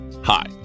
Hi